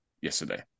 yesterday